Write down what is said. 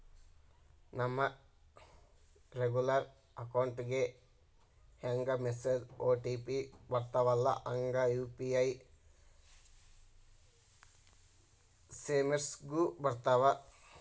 ನಮ regular account ಗೆ ಹೆಂಗ ಮೆಸೇಜ್ ಒ.ಟಿ.ಪಿ ಬರ್ತ್ತವಲ್ಲ ಹಂಗ ಯು.ಪಿ.ಐ ಸೆರ್ವಿಸ್ಗು ಬರ್ತಾವ